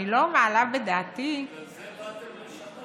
אני לא מעלה בדעתי, בגלל זה באתם לשנות.